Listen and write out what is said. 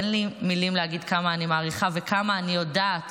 אין לי מילים להגיד כמה אני מעריכה וכמה אני יודעת